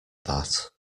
that